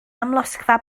amlosgfa